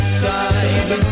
side